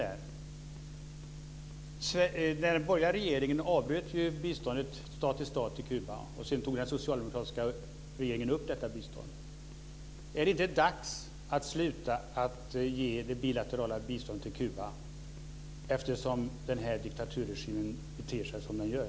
Den borgerliga regeringen avbröt biståndet stat till stat till Kuba, och sedan tog den socialdemokratiska regeringen upp detta igen. Är det inte dags att sluta att ge det bilaterala biståndet till Kuba, eftersom den här diktaturregimen beter sig som den gör?